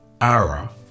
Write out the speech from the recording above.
Ara